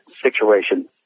situation